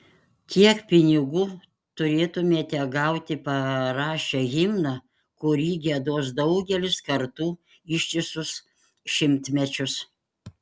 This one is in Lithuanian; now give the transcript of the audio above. kiek pinigų turėtumėte gauti parašę himną kurį giedos daugelis kartų ištisus šimtmečius